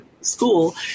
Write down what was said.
school